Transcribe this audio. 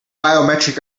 biometric